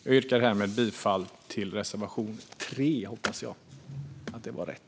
Jag yrkar härmed bifall till reservation 3 - jag hoppas att det var rätt.